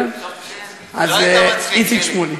אז, איציק שמולי,